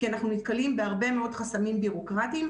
כי אנחנו נתקלים בהרבה מאוד חסמים בירוקרטיים.